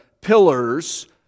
pillars